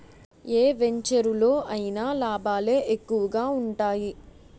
ఏ వెంచెరులో అయినా లాభాలే ఎక్కువగా ఉంటాయి